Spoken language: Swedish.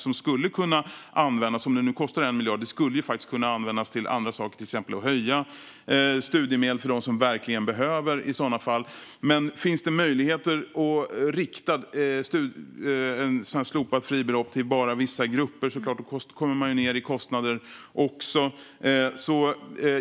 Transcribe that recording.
Om kostnaden nu var 1 miljard skulle pengarna kunna användas till andra saker, till exempel att höja studiemedlen för dem som verkligen behöver det. Om det finns en möjlighet att rikta ett slopat fribelopp till enbart vissa grupper är det klart att man också får ned kostnaderna.